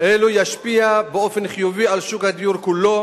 אלו תשפיע באופן חיובי על שוק הדיור כולו